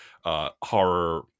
horror